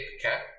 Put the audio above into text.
cap